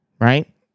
Right